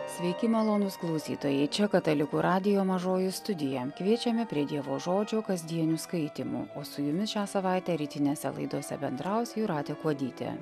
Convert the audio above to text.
sveiki malonūs klausytojai čia katalikų radijo mažoji studija kviečiame prie dievo žodžio kasdienių skaitymų o su jumis šią savaitę rytinėse laidose bendraus jūratė kuodytė